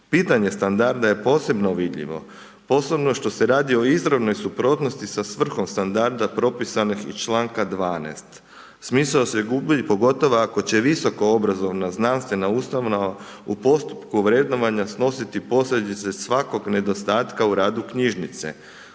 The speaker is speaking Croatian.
Pitanje standarda je posebno vidljivo, posebno štose radi o izravnoj suprotnosti sa svrhom standarda propisanih iz članka 12. Smisao se gubi pogotovo ako će visokoobrazovana znanstvena ustanova u postupku vrednovanja snositi posljedice svakog nedostataka u radu knjižnice,